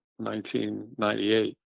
1998